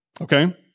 Okay